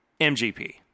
MGP